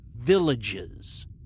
villages